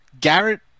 Garrett